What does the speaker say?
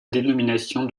dénomination